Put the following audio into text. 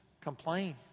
complain